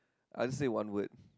I just said one word